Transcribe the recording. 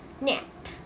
NAP